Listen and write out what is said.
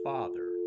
Father